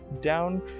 down